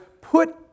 put